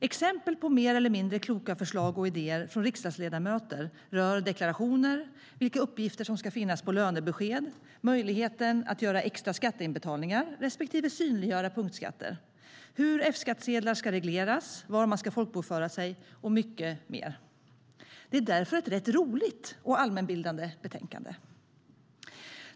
Exempel på mer eller mindre kloka förslag och idéer från riksdagsledamöter rör deklarationer, vilka uppgifter som ska finnas på lönebesked, möjligheten att göra extra skatteinbetalningar respektive synliggöra punktskatter, hur F-skattsedlar ska regleras, var man ska folkbokföra sig och mycket mer. Det är därför ett rätt roligt och allmänbildande betänkande.